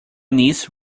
niece